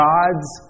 God's